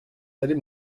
allez